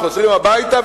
חוזרים הביתה,